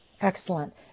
Excellent